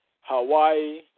Hawaii